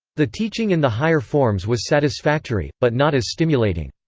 the teaching in the higher forms was satisfactory, but not as stimulating.